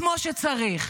כמו שצריך.